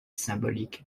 symbolique